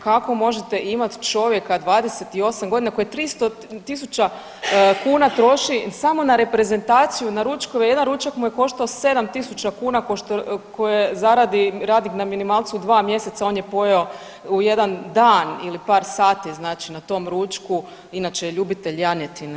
Kako možete imati čovjeka 28 godina koji 300.000 kuna troši samo na reprezentaciju na ručkove, jedan ručak mu je koštao 7.000 kuna koje zaradi radnik na minimalcu 2 mjeseca on je pojeo u jedan dan ili par sati znači na tom ručku inače je ljubitelj janjetine.